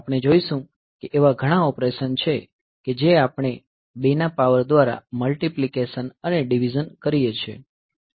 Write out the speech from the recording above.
આપણે જોશું કે એવા ઘણા ઓપરેશન છે કે જે આપણે 2 ના પાવર દ્વારા મલ્ટીપ્લીકેશન અને ડીવીઝન કરીએ છીએ